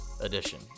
edition